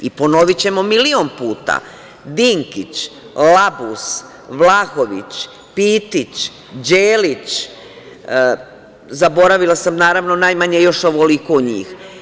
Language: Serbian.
Ponovićemo milion puta – Dinkić, Labus, Vlahović, Pitić, Đelić, zaboravila sam, naravno, najmanje još ovoliko njih.